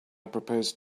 proposed